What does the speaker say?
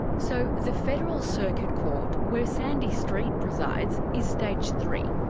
so the federal circuit court where sandy street presides is stage three.